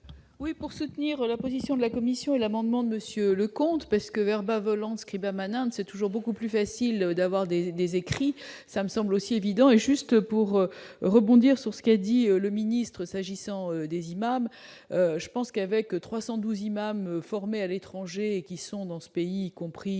Oui, pour soutenir la position de la Commission et l'amendement de monsieur Leconte presque Verba volant, ce qui est permanente, c'est toujours beaucoup plus facile d'avoir des des écrits Samson. L'aussi évident et juste pour rebondir sur ce qu'a dit le ministre, s'agissant des imams, je pense qu'avec 312 imams formés à l'étranger qui sont dans ce pays, compris,